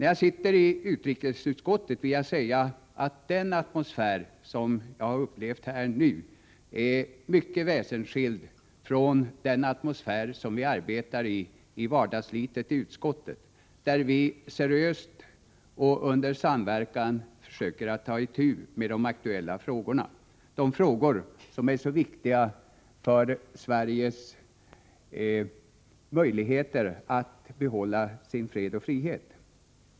Jag vill säga att den atmosfär jag upplever när jag sitter i utrikesutskottet är mycket väsensskild från den jag har upplevt här. Under vardagsslitet i utskottet försöker vi seriöst och under samverkan ta itu med de aktuella frågorna — de frågor som är så viktiga för Sveriges möjligheter att behålla sin fred och sin frihet.